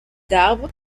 d’arbres